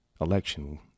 election